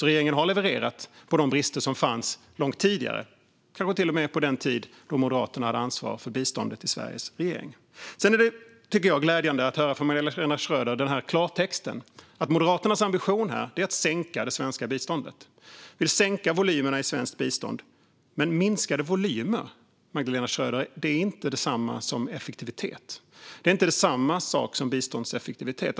Regeringen har alltså levererat på de brister som fanns långt tidigare, kanske till och med under den tid Moderaterna hade ansvar för biståndet i Sveriges regering. Det är glädjande att höra i klartext från Magdalena Schröder att Moderaternas ambition är att sänka det svenska biståndet. De vill sänka volymerna i svenskt bistånd. Men minskade volymer är inte detsamma som effektivitet, Magdalena Schröder. Det är inte samma sak som biståndseffektivitet.